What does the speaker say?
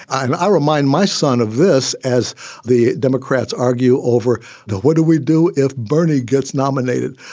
and i remind my son of this as the democrats argue over the what do we do if bernie gets nominated?